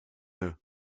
nœud